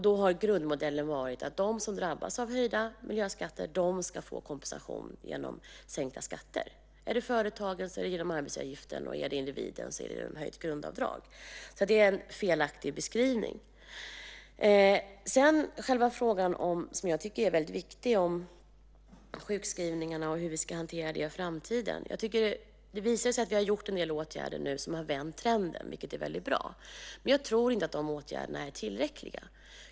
Då har grundmodellen varit att de som drabbas av höjda miljöskatter ska få kompensation genom sänkta skatter. Gäller det företagen sker det genom arbetsgivaravgiften, och gäller det individen sker det genom höjt grundavdrag. Karin Pilsäter ger en felaktig beskrivning. Jag tycker att frågan om sjukskrivningarna och hur vi ska hantera den i framtiden är väldigt viktig. Nu har vi vidtagit en del åtgärder som har vänt trenden, vilket är väldigt bra. Men jag tror inte att de åtgärderna är tillräckliga.